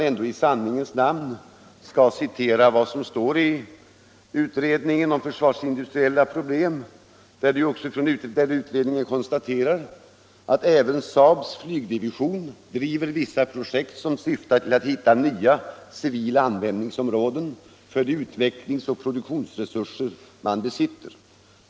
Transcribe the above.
I sanningens namn bör man ändå citera också vad utredningen om försvarsindustriella problem konstaterar på den punkten: ”Även SAAB:s flygdivision driver vissa projekt som syftar till att hitta nya, civila användningsområden för de utvecklingsoch produktionsresurser man besitter.